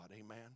Amen